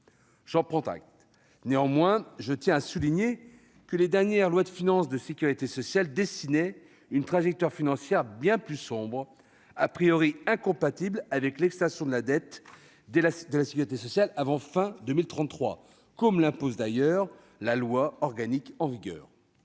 J'en prends acte. Néanmoins, je tiens à souligner que les dernières lois de financement de la sécurité sociale dessinaient une trajectoire financière bien plus sombre, incompatible avec l'extinction de la dette de la sécurité sociale avant la fin de l'année 2033, comme l'impose d'ailleurs la loi organique en vigueur.